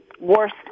worst